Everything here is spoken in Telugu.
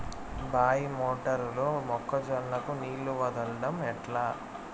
బాయి మోటారు లో మొక్క జొన్నకు నీళ్లు వదలడం ఎట్లా?